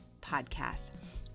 podcast